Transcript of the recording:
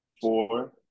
four